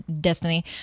Destiny